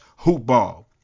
hoopball